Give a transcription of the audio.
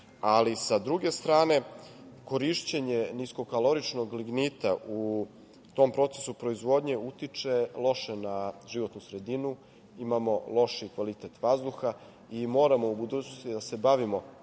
ali sa druge strane, korišćenje niskokaloričnog lignita u tom procesu proizvodnje utiče loše na životnu sredinu, imamo lošiji kvalitet vazduha. Moramo u budućnosti da se bavimo